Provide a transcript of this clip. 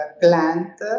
plant